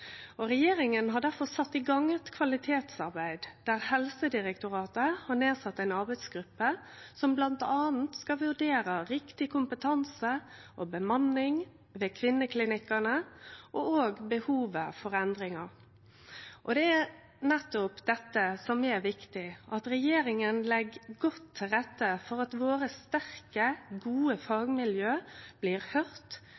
sett i gang eit kvalitetsarbeid der Helsedirektoratet har sett ned ei arbeidsgruppe som bl.a. skal vurdere riktig kompetanse og bemanning ved kvinneklinikkane og òg behovet for endringar. Og det er nettopp dette som er viktig – at regjeringa legg godt til rette for at våre sterke, gode